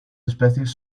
especies